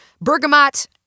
Bergamot